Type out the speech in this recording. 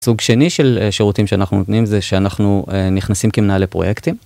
סוג שני של שירותים שאנחנו נותנים זה שאנחנו נכנסים כמנהל פרויקטים.